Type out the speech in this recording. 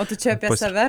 o tu čia apie save